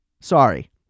Sorry